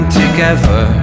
together